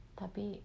tapi